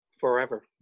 Forever